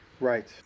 right